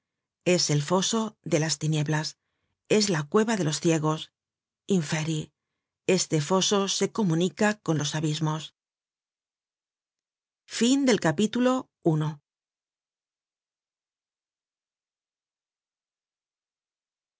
es el foso de las tinieblas es la cueva de los ciegos inferí este foso se comunica con los abismos content from